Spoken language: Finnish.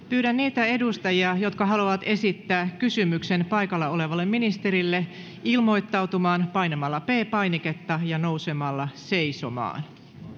pyydän niitä edustajia jotka haluavat esittää kysymyksen ministerille ilmoittautumaan painamalla p painiketta ja nousemalla seisomaan